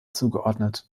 zugeordnet